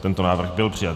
Tento návrh byl přijat.